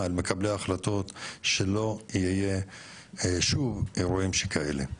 על מקבלי ההחלטות שלא יהיו שוב אירועים שכאלה.